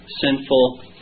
sinful